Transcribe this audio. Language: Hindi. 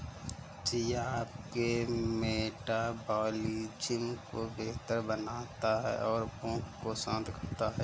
चिया आपके मेटाबॉलिज्म को बेहतर बनाता है और भूख को शांत करता है